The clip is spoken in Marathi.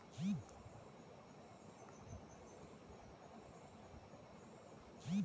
कर्ज कितक्या मेलाक शकता?